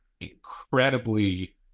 incredibly